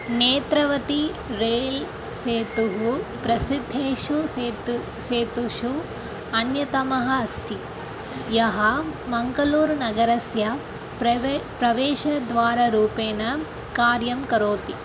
Netravati rail सेतुः प्रसिद्धेषु सेतु सेतुषु अन्यतमः अस्ति यः मङ्गळूरु नगरस्य प्रवेशः प्रवेशद्वाररूपेण कार्यं करोति